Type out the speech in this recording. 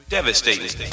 devastating